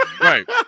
Right